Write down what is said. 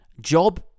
Job